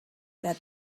that